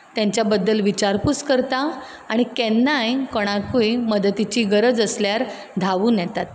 तेंच्या बद्दल विचारपूस करता आनी केन्नाय कोणाकूय मदतीची गरज आसल्यार धांवून येतात